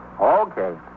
Okay